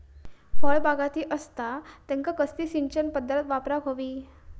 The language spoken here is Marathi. फळबागायती असता त्यांका कसली सिंचन पदधत वापराक होई?